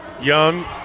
Young